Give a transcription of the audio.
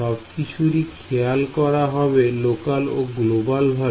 সবকিছুরই খেয়াল করা হবে লোকাল ও গ্লোবাল ভাবে